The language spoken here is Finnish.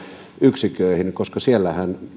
yksiköihin koska siellähän ovat